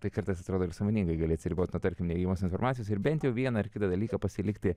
tai kartais atrodo ir sąmoningai gali atsiriboti nuo tarkim neigiamos informacijos ir bent jau vieną ar kitą dalyką pasilikti